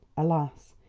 alas,